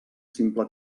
simple